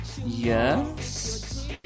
Yes